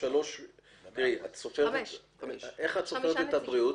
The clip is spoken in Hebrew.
איך את סופרת את הבריאות?